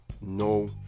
no